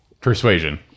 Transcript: Persuasion